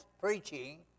preaching